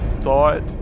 thought